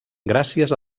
gràcies